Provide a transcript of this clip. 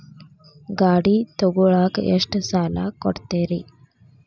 ಗಾಡಿ ತಗೋಳಾಕ್ ಎಷ್ಟ ಸಾಲ ಕೊಡ್ತೇರಿ?